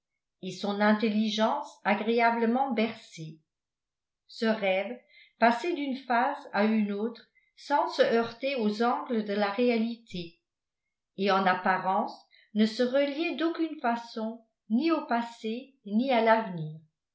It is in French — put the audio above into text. et son intelligence agréablement bercée ce rêve passait d'une phase à une autre sans se heurter aux angles de la réalité et en apparence ne se reliait d'aucune façon ni au passé ni à l'avenir